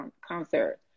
concert